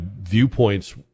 viewpoints